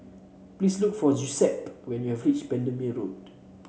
please look for Giuseppe when you are reach Bendemeer Road